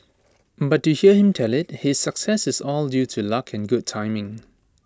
but to hear him tell IT his success is all due to luck and good timing